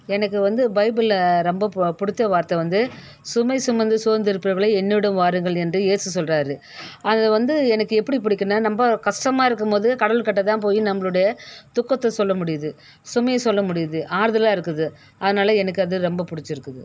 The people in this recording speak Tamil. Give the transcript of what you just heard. எனக்கு வந்து பைபிளில் ரொம்ப பு பிடித்த வார்த்தை வந்து சுமை சுமந்து சோர்ந்து இருப்பவளே என்னிடம் வாருங்கள் என்று இயேசு சொல்கிறாரு அத வந்து எனக்கு எப்படி பிடிக்குன்னா ரொம்ப கஷ்டமாக இருக்கும் போது கடவுள்கிட்ட தான் போயி நம்பளோடைய துக்கத்தை சொல்ல முடியுது சுமையை சொல்ல முடியுது ஆறுதலாக இருக்குது அதனால எனக்கு அது ரொம்ப பிடிச்சிருக்குது